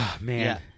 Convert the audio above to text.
man